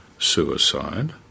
Suicide